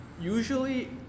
usually